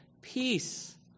peace